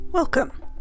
Welcome